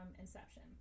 Inception